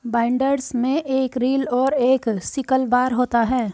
binders में एक reel और एक सिकल बार होता है